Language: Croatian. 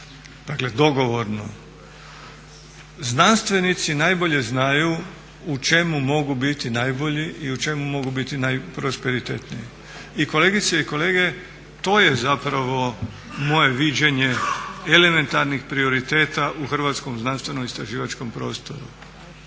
dakle dogovorno. Znanstvenici najbolje znaju u čemu mogu biti najbolji i u čemu mogu biti najprosperitetniji. I kolegice i kolege to je zapravo moje viđenje elementarnih prioriteta u Hrvatsko znanstveno istraživačkom prostoru.